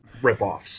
ripoffs